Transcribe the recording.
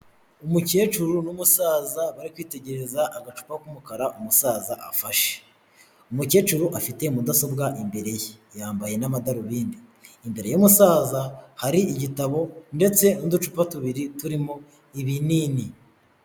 Umukecuru n'umusaza bari kwitegereza agacupa k'umukara umusaza afashe. Umukecuru afite mudasobwa imbere ye. Yambaye n'amadarubindi. Imbere y'umusaza hari igitabo ndetse n'udupipa tubiri turimo ibinini.